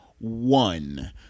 one